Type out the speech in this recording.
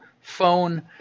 phone